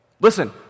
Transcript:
listen